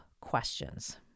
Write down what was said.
questions